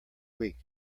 week